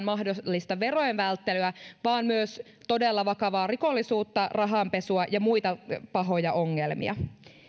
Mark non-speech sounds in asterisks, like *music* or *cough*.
*unintelligible* mahdollista ainoastaan verojen välttelyä vaan myös todella vakavaa rikollisuutta rahanpesua ja muita pahoja ongelmia